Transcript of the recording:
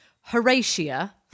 Horatia